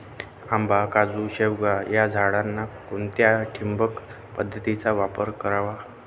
आंबा, काजू, शेवगा या झाडांना कोणत्या ठिबक पद्धतीचा वापर करावा?